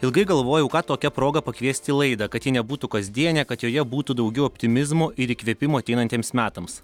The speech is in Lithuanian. ilgai galvojau ką tokia proga pakviest į laidą kad ji nebūtų kasdienė kad joje būtų daugiau optimizmo ir įkvėpimo ateinantiems metams